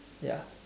ya